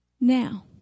Now